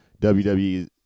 WWE